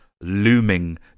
looming